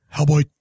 Hellboy